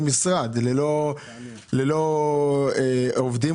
ללא עובדים,